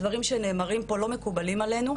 הדברים שנאמרים פה לא מקובלים עלינו,